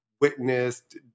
witnessed